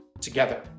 together